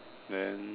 then